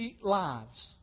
lives